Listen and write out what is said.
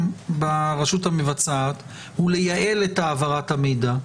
ברשות המבצעת הוא לייעל את העברת המידע.